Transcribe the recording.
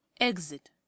exit